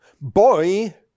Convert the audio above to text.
Boy